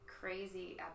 crazy